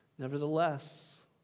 Nevertheless